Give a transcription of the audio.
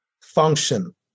function